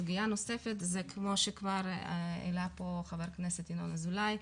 סוגיה נוספת זה כמו שכבר העלה פה ח"כ ינון אזולאי,